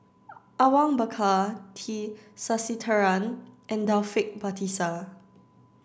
Awang Bakar T Sasitharan and Taufik Batisah